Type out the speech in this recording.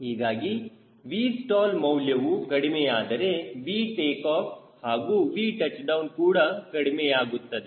ಹೀಗಾಗಿ Vstall ಮೌಲ್ಯವು ಕಡಿಮೆಯಾದರೆ Vtake off ಹಾಗೂ Vtouchdown ಕೂಡ ಕಡಿಮೆ ಕಡಿಮೆಯಾಗುತ್ತದೆ